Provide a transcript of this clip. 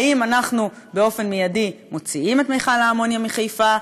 האם אנחנו באופן מיידי מוציאים את מכל האמוניה מחיפה,